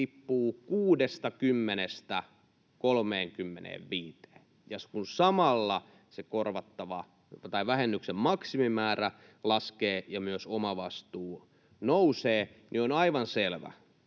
tippuu 60:stä 35:een. Kun samalla vähennyksen maksimimäärä laskee ja myös omavastuu nousee, niin on aivan selvää,